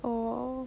oh